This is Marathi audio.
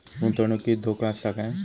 गुंतवणुकीत धोको आसा काय?